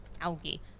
algae